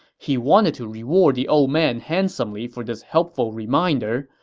he wanted to reward the old man handsomely for this helpful reminder,